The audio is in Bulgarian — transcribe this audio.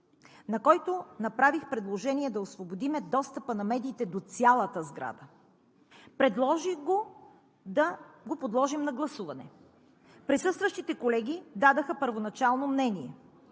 на който направих предложение да освободим достъпа на медиите до цялата сграда. Предложих да го подложим на гласуване. Присъстващите колеги дадоха първоначално мнение.